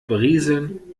berieseln